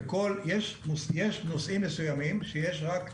יש נושאים מסוימים שיש רק אחד,